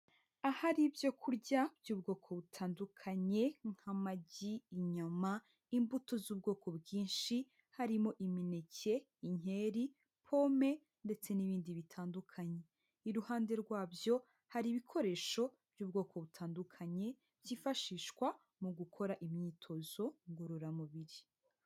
Ahari ibyo kurya by'ubwoko butandukanye nk'amagi, inyuma, imbuto z'ubwoko bwinshi, harimo imineke, inkeri, pome ndetse n'ibindi bitandukanye, iruhande rwabyo hari ibikoresho by'ubwoko butandukanye, byifashishwa mu gukora imyitozo ngororamubiri.